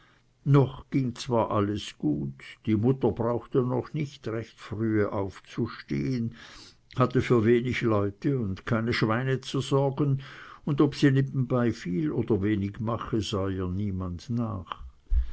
noch ging zwar alles gut die mutter brauchte noch nicht recht frühe aufzustehen hatte für wenig leute und keine schweine zu sorgen und ob sie nebenbei viel oder wenig mache sah ihr niemand nach